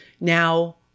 now